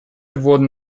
wurden